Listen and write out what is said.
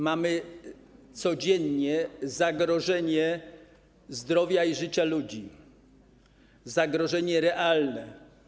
Mamy codziennie zagrożenie zdrowia i życia ludzi, zagrożenie realne.